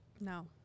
No